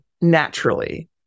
naturally